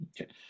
Okay